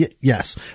Yes